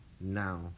now